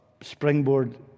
springboard